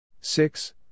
Six